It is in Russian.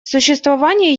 существование